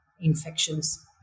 infections